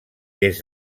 des